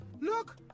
Look